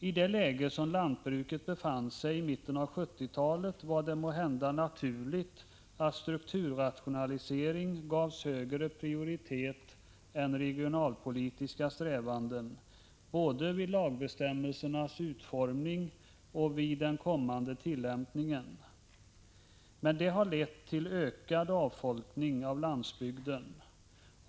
I det läge som lantbruket befann sig i mitten av 1970-talet var det måhända naturligt att strukturrationalisering gavs högre prioritet än regionalpolitiska strävanden, både vid lagbestämmelsernas utformning och vid den kommande tillämpningen. Detta har emellertid lett till en ökad avfolkning av landsbygden.